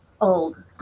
old